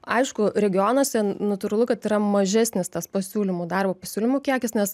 aišku regionuose natūralu kad yra mažesnis tas pasiūlymų darbo pasiūlymų kiekis nes